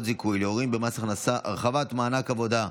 זיכוי להורים במס הכנסה והרחבת מענק עבודה,